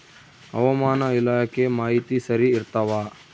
ಹವಾಮಾನ ಇಲಾಖೆ ಮಾಹಿತಿ ಸರಿ ಇರ್ತವ?